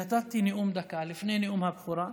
ובנאום בן דקה, לפני נאום הבכורה,